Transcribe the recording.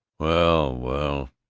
well. well.